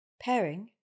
Pairing